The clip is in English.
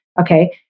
Okay